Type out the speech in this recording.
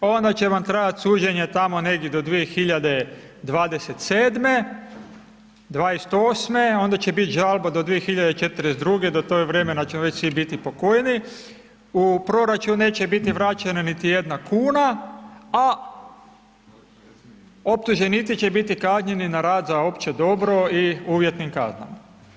A onda će vam trajat suđenje tamo negdje do 2027., 2028., onda će biti žalba do 2042., do tog vremena ćemo već svi biti pokojni, u proračun neće biti vraćena niti jedna kuna, a optuženici će biti kažnjeni na rad za opće dobro i uvjetnim kaznama.